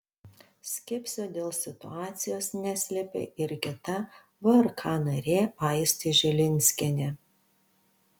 skepsio dėl situacijos neslėpė ir kita vrk narė aistė žilinskienė